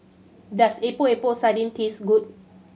does Epok Epok Sardin taste good